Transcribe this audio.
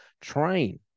train